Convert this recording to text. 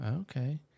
Okay